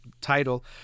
title